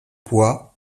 bois